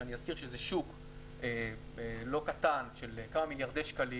שאני מזכיר שזה שוק לא קטן של כמה מיליארדי שקלים